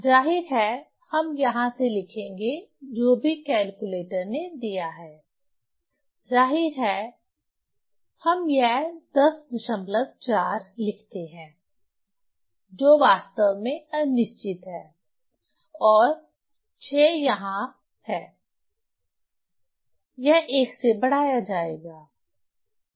जाहिर है हम यहां से लिखेंगे जो भी कैलकुलेटर ने दिया है जाहिर है हम यह 104 लिखते हैं जो वास्तव में अनिश्चित है और 6 यहां है यह 1 से बढ़ाया जाएगा 105